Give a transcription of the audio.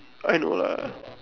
I know lah